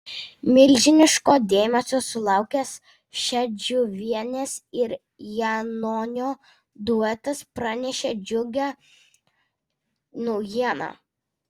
milžiniško dėmesio sulaukęs šedžiuvienės ir janonio duetas pranešė džiugią naujieną